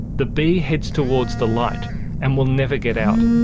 the bee heads towards the light and will never get out.